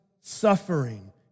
suffering